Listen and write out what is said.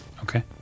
Okay